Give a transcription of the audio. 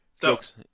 Jokes